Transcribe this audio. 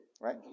right